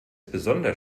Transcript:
besonders